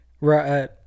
Right